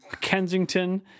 Kensington